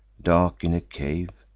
dark in a cave,